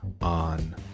on